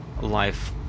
life